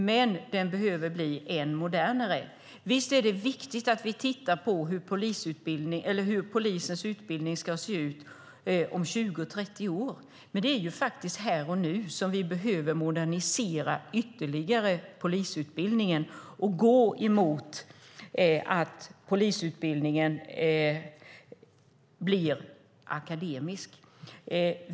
Men den behöver bli än modernare. Visst är det viktigt att vi tittar på hur polisens utbildning ska se ut om 20-30 år. Men det är här och nu som vi behöver modernisera polisutbildningen ytterligare och gå emot att polisutbildningen blir akademisk.